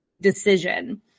decision